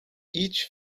each